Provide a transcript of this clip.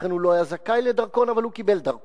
לכן הוא לא היה זכאי לדרכון, אבל הוא קיבל דרכון